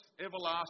everlasting